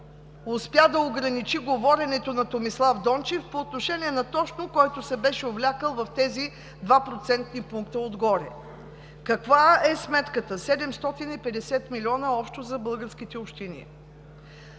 успя да ограничи говоренето на Томислав Дончев по отношение на това, който се беше увлякъл в тези два процентни пункта отгоре. Каква е сметката – 750 милиона общо за българските общини,